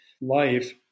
life